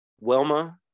Wilma